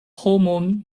homon